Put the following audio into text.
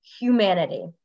humanity